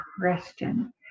question